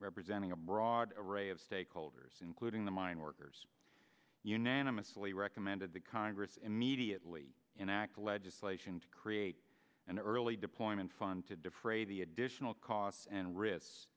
representing a boy rod a ray of stakeholders including the mine workers unanimously recommended that congress immediately enact legislation to create an early deployment fund to defray the additional costs and ris